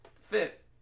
fit